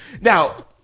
Now